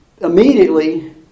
immediately